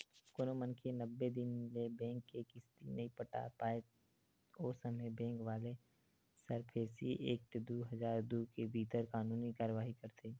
कोनो मनखे नब्बे दिन ले बेंक के किस्ती नइ पटा पाय ओ समे बेंक वाले सरफेसी एक्ट दू हजार दू के भीतर कानूनी कारवाही करथे